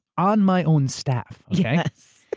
on my own staff, okay?